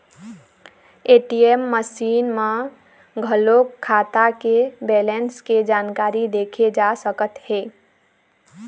ATM machine म घलोक खाता के बेलेंस के जानकारी देखे जा सकत हे